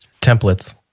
Templates